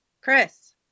Chris